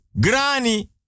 granny